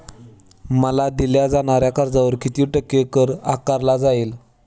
मला दिल्या जाणाऱ्या कर्जावर किती टक्के कर आकारला जाईल?